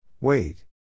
Wait